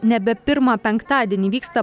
nebe pirmą penktadienį vyksta